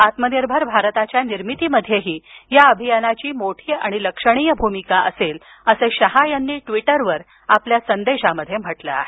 आत्मनिर्भर भारताच्या निर्मितीमध्येही या अभियानाची मोठी आणि लक्षणीय भूमिका असेल असं त्यांनी ट्वीटरवर आपल्या संदेशात म्हटल आहे